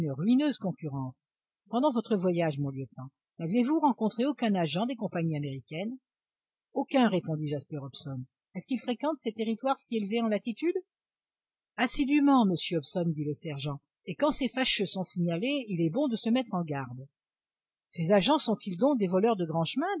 ruineuse concurrence pendant votre voyage mon lieutenant n'avez-vous rencontré aucun agent des compagnies américaines aucun répondit jasper hobson est-ce qu'ils fréquentent ces territoires si élevés en latitude assidûment monsieur hobson dit le sergent et quand ces fâcheux sont signalés il est bon de se mettre sur ses gardes ces agents sont-ils donc des voleurs de grand chemin